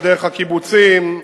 דרך הקיבוצים,